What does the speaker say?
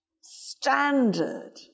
standard